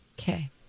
Okay